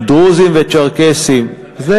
דרוזים וצ'רקסים, מתי?